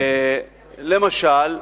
למשל,